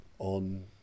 on